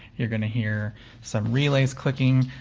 you're gonna hear some relays clicking,